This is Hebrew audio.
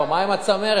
מה עם הצמרת?